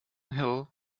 hill